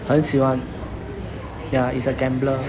很喜欢 ya is a gambler